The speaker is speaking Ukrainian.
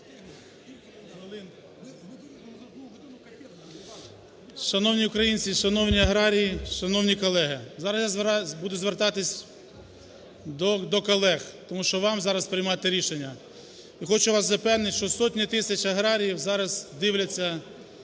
Шановні українці! Шановні аграрії! Шановні колеги! Зараз я буду звертатись до колег, тому що вам зараз приймати рішення. І хочу вас запевнити, що сотні тисяч аграріїв зараз дивляться, яке